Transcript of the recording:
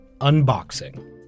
unboxing